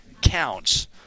counts